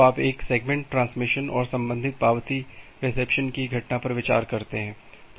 तो आप एक सेगमेंट ट्रांसमिशन और संबंधित पावती रिसेप्शन की घटना पर विचार करते हैं